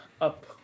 up